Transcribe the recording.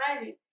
right